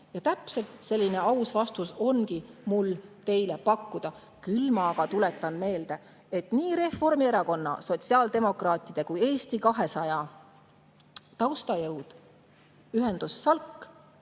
Ja täpselt selline aus vastus ongi mul teile pakkuda. Küll ma tuletan meelde, et nii Reformierakonna, sotsiaaldemokraatide kui Eesti 200 taustajõud, ühendus